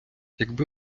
якби